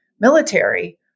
military